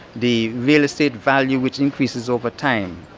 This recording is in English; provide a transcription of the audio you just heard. the real estate value, which increases over time,